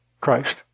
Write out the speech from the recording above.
Christ